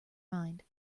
mind